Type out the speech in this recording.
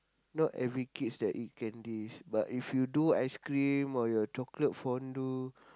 not every kids that eat candies but if you do ice cream or your chocolate fondue